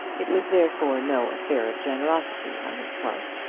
it was therefore no affair of generosity on his part.